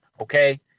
okay